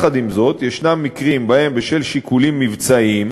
עם זאת, יש מקרים שבשל שיקולים מבצעיים,